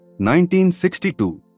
1962